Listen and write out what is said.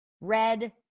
red